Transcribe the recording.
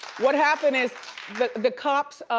what happened is that the cops.